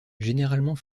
généralement